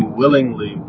willingly